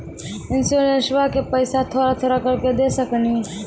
इंश्योरेंसबा के पैसा थोड़ा थोड़ा करके दे सकेनी?